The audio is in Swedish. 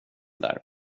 där